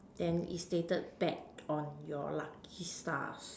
then is stated back on your lucky stars